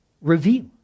reveal